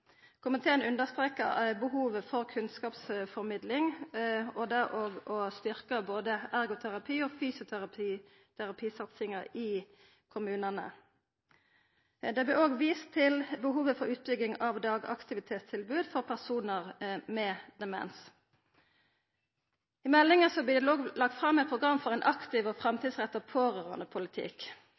Komiteen understrekar behovet for kunnskapsformidling og for å styrkja både ergoterapi- og fysioterapisatsinga i kommunane. Det vert òg vist til behovet for utbygging av dagaktivitetstilbod for personar med demens. I meldinga vert det lagt fram eit program for ein aktiv og framtidsretta